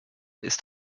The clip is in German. ist